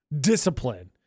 discipline